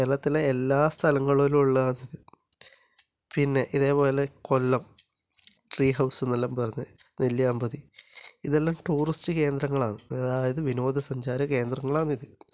കേരളത്തിലെ എല്ലാ സ്ഥലങ്ങളിലുമുള്ള പിന്നെ ഇതേപോലെ കൊല്ലം ട്രീ ഹൗസ് എന്ന് എല്ലാം പറഞ്ഞ് നെല്ലിയാമ്പതി ഇതെല്ലാം ടൂറിസ്റ്റ് കേന്ദ്രങ്ങളാണ് അതായത് വിനോദസഞ്ചാര കേന്ദ്രങ്ങൾ ആണിത്